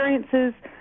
experiences